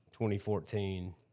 2014